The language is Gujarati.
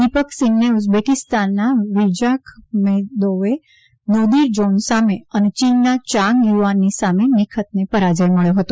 દિપક સિંગને ઉઝબેકીસ્તાનના વીરજાખમેદોવ નોદીરજાન સામે અને ચીનના યાંગ યુઆનની સામે નિખતને પરાજય મળ્યો હતો